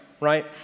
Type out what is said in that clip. right